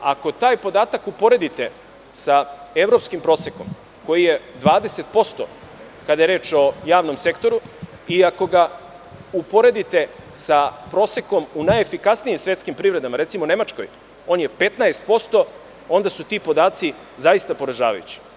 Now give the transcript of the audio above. Ako taj podatak uporedite sa evropskim prosekom koji je 20%, kada je reč o javnom sektoru i ako ga uporedite sa prosekom u najefikasnijim svetskim privredama, recimo u Nemačkoj, on je 15%, onda su ti podaci zaista poražavajući.